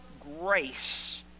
grace